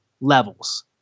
levels